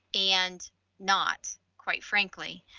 and not quite frankly,